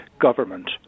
government